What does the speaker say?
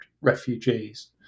refugees